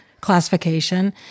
classification